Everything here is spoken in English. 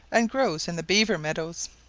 and grows in the beaver meadows.